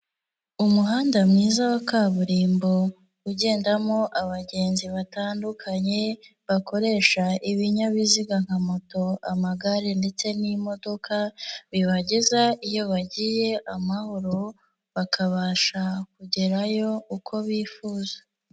Umuhanda mwiza wa kaburimbo ugendamo abagenzi batandukanye bakoresha ibinyabiziga nka moto, amagare ndetse n'imodoka bibageza iyo bagiye amahoro, bakabasha kugerayo uko bifuza.